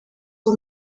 for